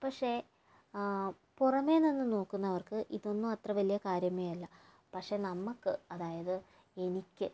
പക്ഷെ പുറമേ നിന്ന് നോക്കുന്നവർക്ക് ഇതൊന്നും അത്ര വലിയ കാര്യമേ അല്ല പക്ഷെ നമുക്ക് അതായത് എനിക്ക്